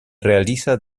realiza